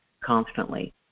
constantly